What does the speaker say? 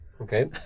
Okay